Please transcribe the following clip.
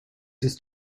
ist